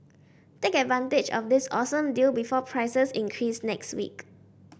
take advantage of this awesome deal before prices increase next week